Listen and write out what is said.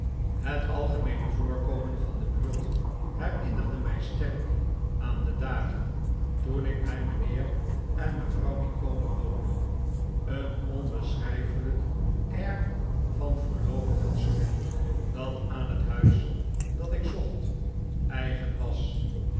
het algemeene voorkomen van de buurt herinnerde mij sterk aan de dagen toen ik bij mijnheer en mevrouw micawber woonde een onbeschrijfelijk air van verloopen fatsoen dat aan het huis dat ik zocht eigen was